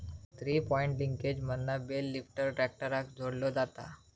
three point लिंकेजमधना bale lifter ट्रॅक्टराक जोडलो जाता